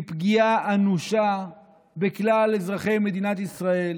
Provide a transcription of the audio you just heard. הוא פגיעה אנושה בכלל אזרחי מדינת ישראל,